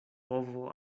povo